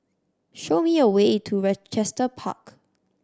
show me a way to Rochester Park